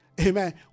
amen